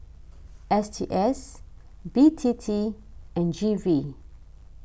S T S B T T and G V